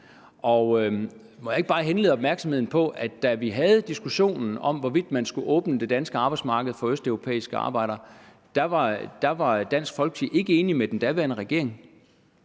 Må jeg ikke bare henlede opmærksomheden på, at da man havde diskussionen om, hvorvidt man skulle åbne det danske arbejdsmarked for østeuropæiske arbejdere, var Dansk Folkeparti ikke enig med den daværende regering.